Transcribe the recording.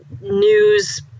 news